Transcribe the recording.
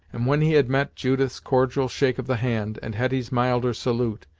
and when he had met judith's cordial shake of the hand, and hetty's milder salute,